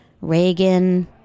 Reagan